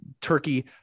Turkey